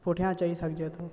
पुठियां चई सघिजे थो